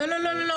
לא, לא.